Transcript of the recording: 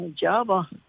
Java